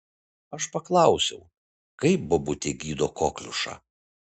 aš paklausiau kaip bobutė gydo kokliušą